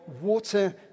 water